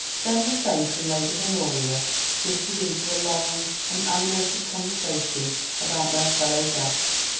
then the saint and lady honoria drifted into a long and animated conversation about their fellow guests,